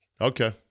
Okay